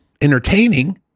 entertaining